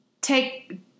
take